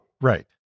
Right